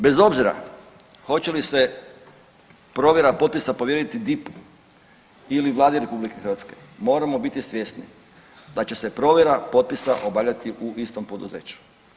Bez obzira hoće li se provjera potpisa povjeriti DIP-u ili Vladi RH moramo biti svjesni da će se provjera potpisa obavljati u istom poduzeću.